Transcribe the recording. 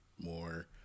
more